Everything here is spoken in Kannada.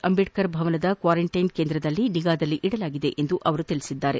ಅಂಬೇಡ್ಕರ್ ಭವನದ ಕ್ವಾರಂಟೈನ್ ಕೇಂದ್ರದಲ್ಲಿ ನಿಗಾದಲ್ಲಿ ಇಡಲಾಗಿದೆ ಎಂದು ಅವರು ತಿಳಿಸಿದರು